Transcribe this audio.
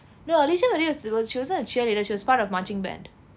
no alisha murray was was she wasn't a cheerleader she was part of marching band